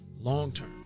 long-term